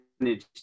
manage